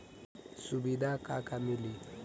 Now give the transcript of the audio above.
सुविधा का का मिली?